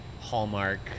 hallmark